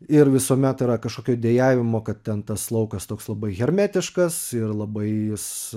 ir visuomet yra kažkokio dejavimo kad ten tas laukas toks labai hermetiškas ir labai jis